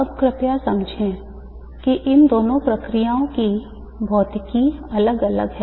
अब कृपया समझें कि इन दोनों प्रक्रियाओं की भौतिकी अलग अलग है